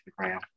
Instagram